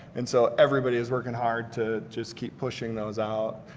and so everybody is working hard to just keep pushing those out,